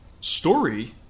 story